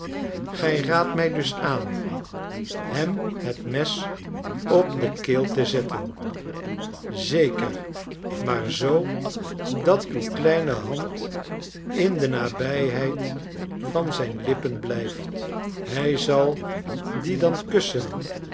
gij raadt mij dus aan hem het mes op de keel te zetten zeker maar zoo dat uw kleine hand in de nabijheid van zijn lippen blijft hij zal die dan kussen